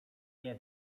nie